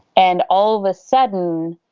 and all of a sudden,